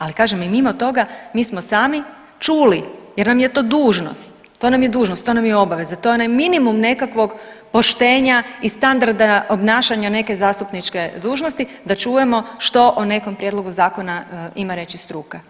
Ali kažem i mimo toga mi smo sami čuli, jer nam je to dužnost, to nam je obaveza, to je onaj minimum nekakvog poštenja i standarda obnašanja neke zastupničke dužnosti da čujemo što o nekom prijedlogu zakona ima reći struka.